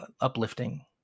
uplifting